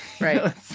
Right